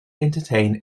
entertained